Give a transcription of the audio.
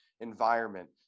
environment